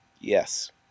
Yes